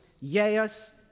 yes